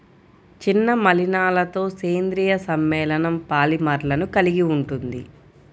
చిన్న మలినాలతోసేంద్రీయ సమ్మేళనంపాలిమర్లను కలిగి ఉంటుంది